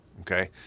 okay